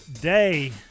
day